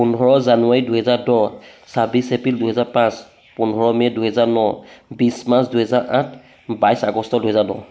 পোন্ধৰ জানুৱাৰী দুহেজাৰ দহ ছাব্বিছ এপ্ৰিল দুহেজাৰ পাঁচ পোন্ধৰ মে' দুহেজাৰ ন বিছ মাৰ্চ দুহেজাৰ আঠ বাইছ আগষ্ট দুহেজাৰ দহ